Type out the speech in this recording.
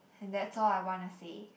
and that's all I wanna say